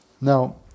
Now